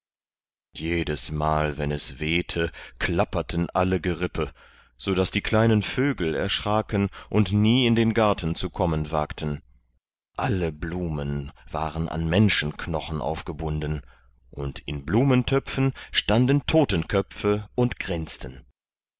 jedesmal wenn es wehte klapperten alle gerippe sodaß die kleinen vögel erschraken und nie in den garten zu kommen wagten alle blumen waren an menschenknochen aufgebunden und in blumentöpfen standen totenköpfe und grinsten